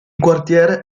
quartiere